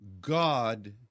god